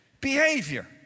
behavior